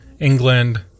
England